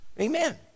Amen